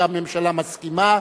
כי הממשלה מסכימה,